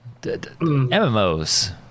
mmos